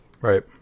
right